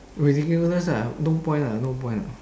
ridiculous ah no point lah no point lah